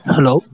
Hello